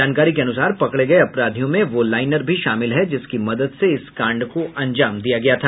जानकारी के अनुसार पकड़े गये अपराधियों में वह लाइनर भी शामिल है जिसकी मदद से इस कांड को अंजाम दिया गया था